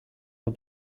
the